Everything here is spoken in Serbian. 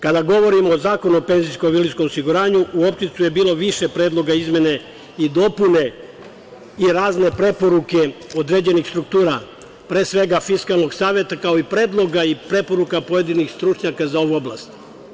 Kada govorimo o Zakonu o PIO, u opticaju je bilo više predloga izmene i dopune i razne preporuke određenih struktura, pre svega Fiskalnog saveta, kao i predloga i preporuka pojedinih stručnjaka za ovu oblast.